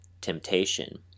temptation